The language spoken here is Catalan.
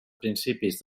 principis